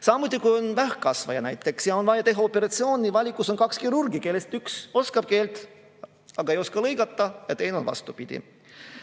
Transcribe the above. Samuti, kui on vähkkasvaja näiteks ja on vaja teha operatsioon ja valikus on kaks kirurgi, kellest üks oskab eesti keelt, aga ei oska lõigata, ja teisega on vastupidi.